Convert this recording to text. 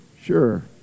Sure